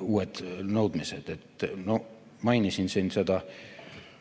uued nõudmised. Mainisin